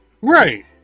right